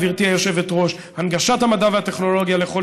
גברתי היושבת-ראש: הנגשת המדע והטכנולוגיה לכל